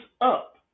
up